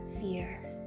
FEAR